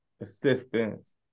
assistance